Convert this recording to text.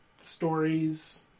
stories